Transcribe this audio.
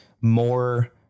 more